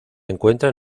encuentran